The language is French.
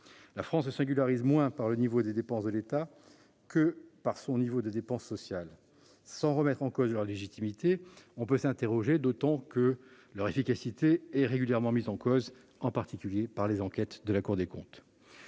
La France se singularise moins par le niveau des dépenses de l'État que par celui des dépenses sociales. Sans remettre en cause leur légitimité, on peut tout de même s'interroger, et cela d'autant plus que leur efficacité est régulièrement mise en doute, en particulier dans les enquêtes de la Cour des comptes.